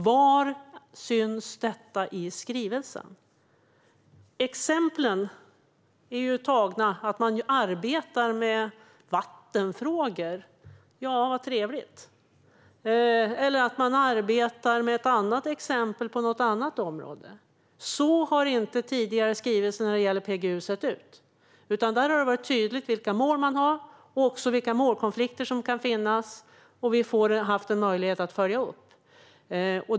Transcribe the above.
Var syns detta i skrivelsen? Exemplen handlar om att man arbetar med vattenfrågor - så trevligt! - eller om att man arbetar med något annat på något annat område. Så har inte tidigare skrivelser om PGU sett ut. Där har det varit tydligt vilka mål man har och vilka målkonflikter som kan finnas, och vi har haft en möjlighet att följa upp.